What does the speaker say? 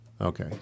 Okay